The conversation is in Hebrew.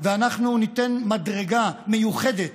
ואנחנו ניתן מדרגה מיוחדת